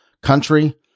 country